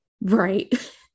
Right